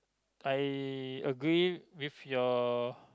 I agree with your